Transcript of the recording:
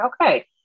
okay